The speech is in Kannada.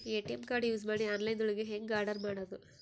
ಎ.ಟಿ.ಎಂ ಕಾರ್ಡ್ ಯೂಸ್ ಮಾಡಿ ಆನ್ಲೈನ್ ದೊಳಗೆ ಹೆಂಗ್ ಆರ್ಡರ್ ಮಾಡುದು?